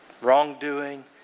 wrongdoing